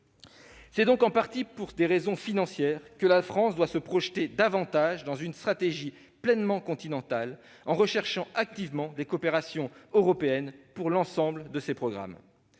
C'est donc en partie pour des raisons financières que la France doit se projeter davantage dans une stratégie pleinement continentale, en recherchant activement des coopérations européennes pour l'ensemble de ses programmes.